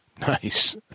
Nice